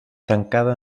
tancada